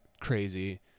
crazy